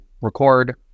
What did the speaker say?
record